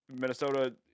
Minnesota